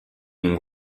ont